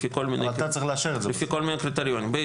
לפי כל מיני קריטריונים.